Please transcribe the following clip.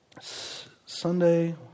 Sunday